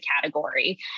category